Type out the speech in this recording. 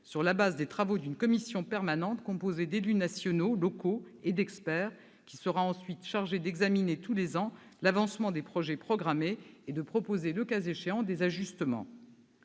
sur la base des travaux d'une commission permanente composée d'élus nationaux, locaux et d'experts, qui sera ensuite chargée d'examiner tous les ans l'avancement des projets programmés et de proposer, le cas échéant, des ajustements